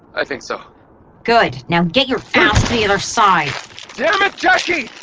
i think so good. now get your ass to the other side yeah like jacki